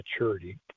maturity